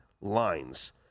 lines